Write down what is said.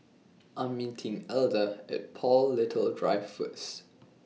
I Am meeting Elda At Paul Little Drive First